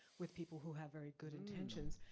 with people who have very good intentions,